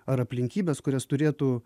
ar aplinkybes kurias turėtų